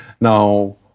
Now